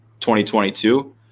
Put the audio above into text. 2022